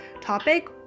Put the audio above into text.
topic